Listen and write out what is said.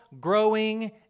growing